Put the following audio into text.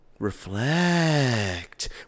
reflect